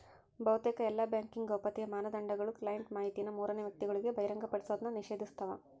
ಬಹುತೇಕ ಎಲ್ಲಾ ಬ್ಯಾಂಕಿಂಗ್ ಗೌಪ್ಯತೆಯ ಮಾನದಂಡಗುಳು ಕ್ಲೈಂಟ್ ಮಾಹಿತಿನ ಮೂರನೇ ವ್ಯಕ್ತಿಗುಳಿಗೆ ಬಹಿರಂಗಪಡಿಸೋದ್ನ ನಿಷೇಧಿಸ್ತವ